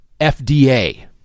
FDA